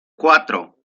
cuatro